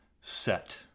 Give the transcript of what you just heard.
set